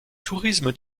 tourisme